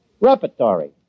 Repertory